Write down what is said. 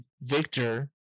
Victor